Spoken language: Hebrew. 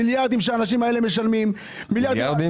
האנשים האלה משלמים מיליארדים.